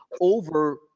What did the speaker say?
over